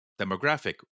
demographic